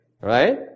Right